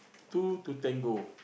two to tango